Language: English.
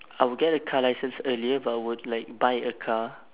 I will get a car licence earlier but I would like buy a car